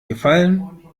gefallen